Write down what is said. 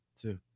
two